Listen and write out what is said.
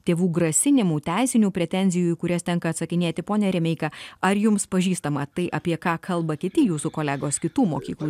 tėvų grasinimų teisinių pretenzijų į kurias tenka atsakinėti pone remeika ar jums pažįstama tai apie ką kalba kiti jūsų kolegos kitų mokyklų